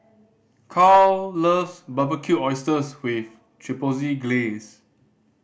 Caryl loves Barbecued Oysters with Chipotle Glaze